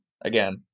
again